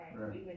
Right